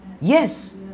yes